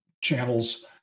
channels